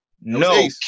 No